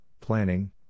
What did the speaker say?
planning